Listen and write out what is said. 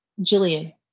Jillian